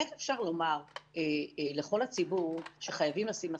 איך אפשר לומר לכל הציבור שחייבים לשים מסכה,